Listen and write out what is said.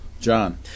John